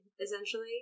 essentially